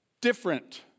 Different